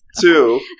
Two